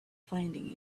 finding